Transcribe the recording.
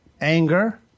anger